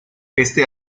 este